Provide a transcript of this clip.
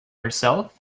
herself